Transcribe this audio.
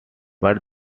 but